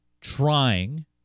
trying